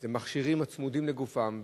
יש מכשירים הצמודים לגופים,